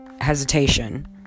hesitation